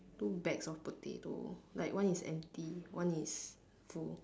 two bags of potato like one is empty one is full